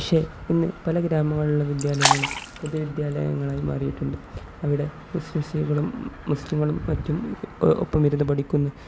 പക്ഷെ ഇന്ന് പല ഗ്രാമങ്ങളിലുള്ള വിദ്യാലയങ്ങളും പൊതുവിദ്യാലയങ്ങളായി മാറിയിട്ടുണ്ട് അവിടെ മുസ്ലിം സ്ത്രീകളും മുസ്ലിങ്ങളും മറ്റും ഒപ്പം ഇരുന്നു പഠിക്കുന്നു